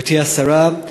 גברתי השרה,